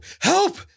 help